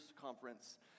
Conference